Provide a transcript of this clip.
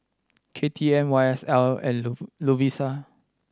K T M Y S L and Lovisa